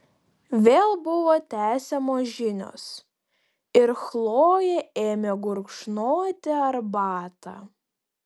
vėl buvo tęsiamos žinios ir chlojė ėmė gurkšnoti arbatą